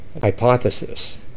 hypothesis